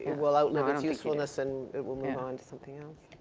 will outlive its usefulness and it will move on to something else.